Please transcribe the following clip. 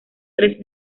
tres